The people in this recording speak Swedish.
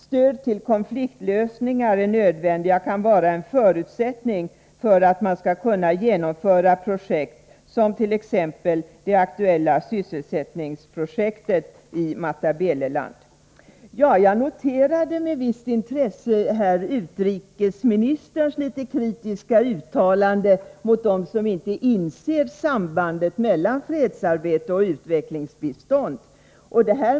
Stödet till konfliktlösningar är nödvändigt och kan vara en förutsättning för att man skall kunna genomföra projekt som t.ex. det aktuella sysselsättningsprojektet i Matabeleland. Jag noterade med visst intresse utrikesministerns litet kritiska uttalande mot dem som inte inser sambandet mellan fredsarbete och utvecklingsbistånd.